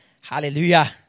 Hallelujah